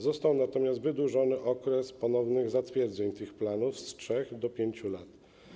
Został natomiast wydłużony okres ponownych zatwierdzeń tych planów z 3 do 5 lat.